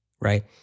right